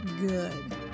good